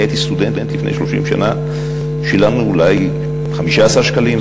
אני הייתי סטודנט לפני 30 שנה ושילמנו אולי 15 שקלים,